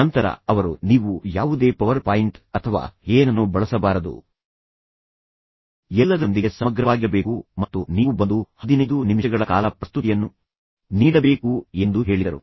ನಂತರ ಅವರು ನೀವು ಯಾವುದೇ ಪವರ್ ಪಾಯಿಂಟ್ ಅಥವಾ ಏನನ್ನೂ ಬಳಸಬಾರದು ಎಲ್ಲದರೊಂದಿಗೆ ಸಮಗ್ರವಾಗಿರಬೇಕು ಮತ್ತು ನೀವು ಬಂದು 15 ನಿಮಿಷಗಳ ಕಾಲ ಪ್ರಸ್ತುತಿಯನ್ನು ನೀಡಬೇಕು ಎಂದು ಹೇಳಿದರು